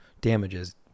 damages